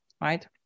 right